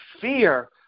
fear